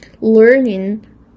learning